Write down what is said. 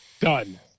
Done